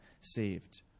saved